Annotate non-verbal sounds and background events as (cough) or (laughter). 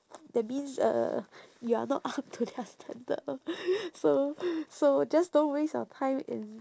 that means uh you are not up to their standard lor (noise) so (noise) so just don't waste your time in